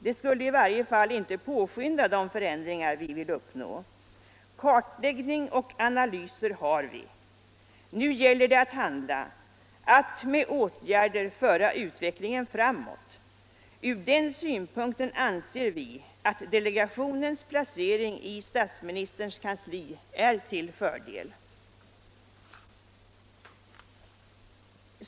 Det skulle i varje fall inte påskynda de förändringar vi vill uppnå. Kartläggning och analyser har vi. Nu gäller det att handla, att med åtgärder föra utvecklingen framåt. Ur den synpunkten anser vi att delegationens placering i statsministerns kansli är till fördel.